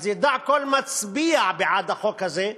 אז ידע כל מצביע בעד החוק זה,